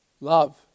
love